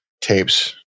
tapes